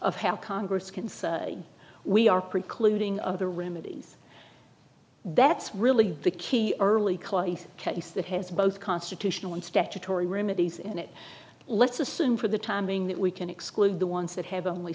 of how congress can say we are precluding other remedies that's really the key early case that has both constitutional and statutory remedies in it let's assume for the time being that we can exclude the ones that have only